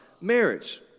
marriage